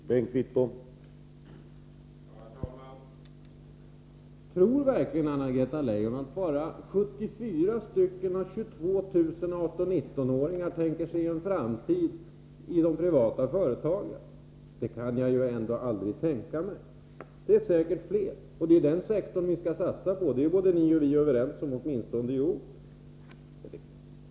Herr talman! Tror verkligen Anna-Greta Leijon att bara 74 av 22 000 18 och 19-åringar tänker sig en framtid i de privata företagen? Det kan jag aldrig tänka mig. Det är säkert fler, och det är den sektorn vi skall satsa på. Det är ni och vi överens om, åtminstone i ord.